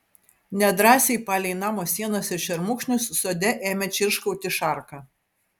nedrąsiai palei namo sienas ir šermukšnius sode ėmė čirškauti šarka